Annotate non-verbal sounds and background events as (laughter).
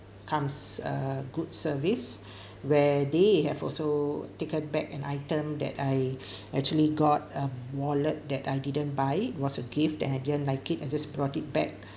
comes a good service (breath) where they have also taken back an item that I (breath) actually got uh wallet that I didn't buy was a gift that I didn't like it I just brought it back